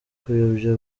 kuyobya